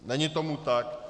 Není tomu tak.